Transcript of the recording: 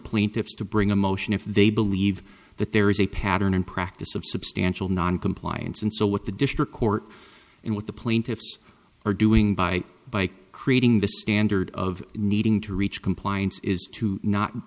plaintiffs to bring a motion if they believe that there is a pattern and practice of substantial noncompliance and so what the district court and what the plaintiffs are doing by by creating this standard of needing to reach compliance is to not